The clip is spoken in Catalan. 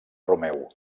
romeu